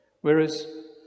Whereas